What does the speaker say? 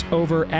over